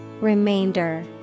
Remainder